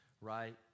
Right